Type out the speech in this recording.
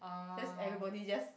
just everybody just